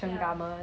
ya